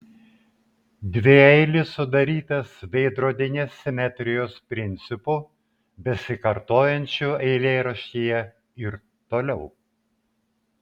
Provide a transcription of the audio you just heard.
dvieilis sudarytas veidrodinės simetrijos principu besikartojančiu eilėraštyje ir toliau